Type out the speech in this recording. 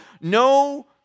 no